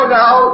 now